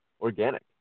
organic